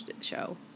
show